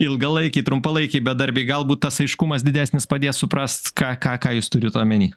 ilgalaikiai trumpalaikiai bedarbiai galbūt tas aiškumas didesnis padės suprast ką ką jūs turit omeny